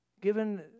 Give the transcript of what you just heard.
Given